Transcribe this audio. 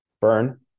burn